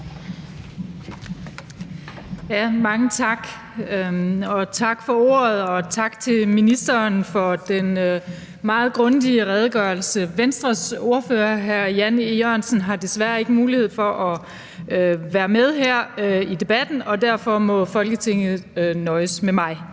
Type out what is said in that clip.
Mange tak, og tak til ministeren for den meget grundige redegørelse. Venstres ordfører, hr. Jan E. Jørgensen, har desværre ikke mulighed for at være med her i debatten, og derfor må Folketinget nøjes med mig.